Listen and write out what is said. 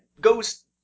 goes